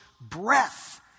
breath